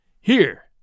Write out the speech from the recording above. Here